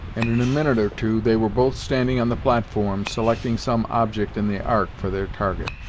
and, in a minute or two, they were both standing on the platform, selecting some object in the ark for their target.